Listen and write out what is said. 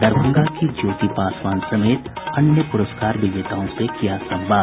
दरभंगा की ज्योति पासवान समेत अन्य पुरस्कार विजेताओं से किया संवाद